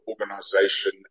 organization